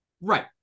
Right